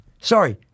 sorry